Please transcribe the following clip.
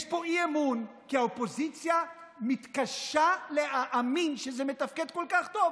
יש פה אי-אמון כי האופוזיציה מתקשה להאמין שזה מתפקד כל כך טוב.